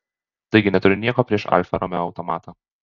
taigi neturiu nieko prieš alfa romeo automatą